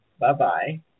Bye-bye